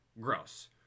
gross